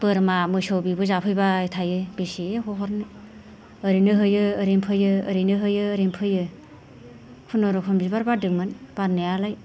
बोरमा मोसौ बेबो जाफैबाय थायो बेसे होहरनो ओरैनो होयो ओरैनो फैयो ओरैनो होयो ओरैनो फैयो खुनुरखम बिबार बारदोंमोन बारनायालाय